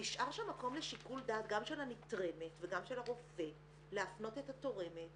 נשאר שם מקום לשיקול דעת גם של הנתרמת וגם של הרופא להפנות את התורמת